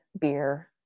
beer